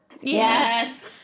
Yes